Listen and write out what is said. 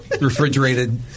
refrigerated